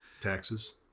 taxes